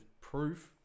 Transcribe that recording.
proof